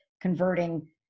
converting